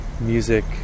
music